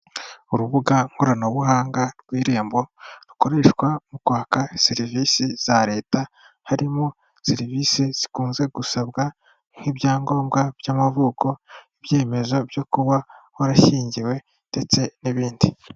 Urubuga nkoranabuhanga rw'irembo rukoreshwa mu kwaka serivisi za leta, harimo serivise zikunze gusabwa nk'ibyangombwa by'amavuko, ibyemezo byo kuba warashyingiwe ndetse n'ibindi.